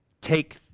take